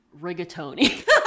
Rigatoni